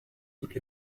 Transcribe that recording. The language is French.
toutes